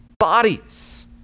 bodies